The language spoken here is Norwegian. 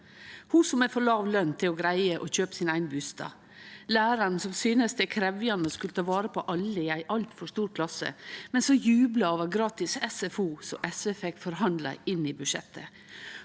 ho som har for låg løn til å greie å kjøpe sin eigen bustad, læraren som synest det er krevjande å skulle ta vare på alle i ei altfor stor klasse, men som jubla over gratis SFO, som SV fekk forhandla inn i budsjettet,